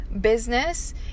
business